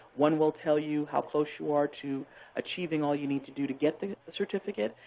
one will tell you how close you are to achieving all you need to do to get the certificate,